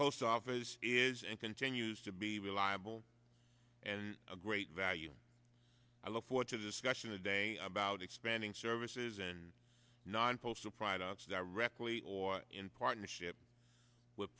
post office is and continues to be reliable and a great value i look forward to the discussion today about expanding services and non postal products directly or in partnership with